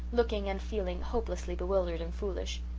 looking and feeling hopelessly bewildered and foolish.